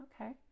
Okay